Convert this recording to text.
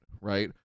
right